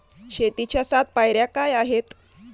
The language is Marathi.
शेतीच्या सात पायऱ्या काय आहेत?